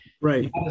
Right